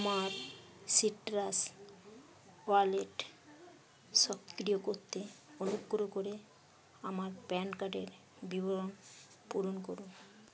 আমার citrus wallet সক্রিয় করতে অনুগ্রহ করে আমার প্যান কার্ডের বিবরণ পূরণ করুন